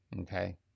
okay